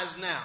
now